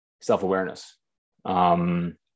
self-awareness